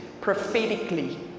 prophetically